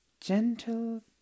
Gentle